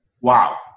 wow